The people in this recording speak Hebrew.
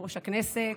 השר,